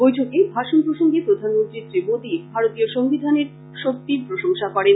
বৈঠকে ভাষন প্রসঙ্গে প্রধানমন্ত্রী শ্রী মোদি ভারতীয় সংবিধানের শক্তির প্রশংসা করেন